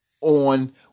on